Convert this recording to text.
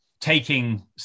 taking